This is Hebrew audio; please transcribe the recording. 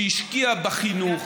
שהשקיעה בחינוך